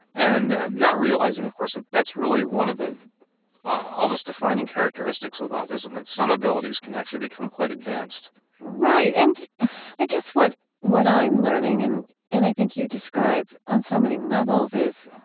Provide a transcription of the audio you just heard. and not realizing, of course, that that's really one of the almost defining characteristics with autism that some abilities can actually become quite advanced right. and i guess what what i'm learning and and i think you described on so many levels is,